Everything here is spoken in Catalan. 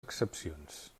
excepcions